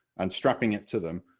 and strapping it to them,